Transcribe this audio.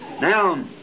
Now